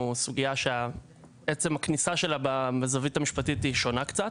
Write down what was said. הוא סוגיה שעצם הכניסה שלה בזווית המשפטית היא שונה קצת.